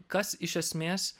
kas iš esmės